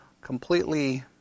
completely